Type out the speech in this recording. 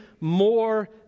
more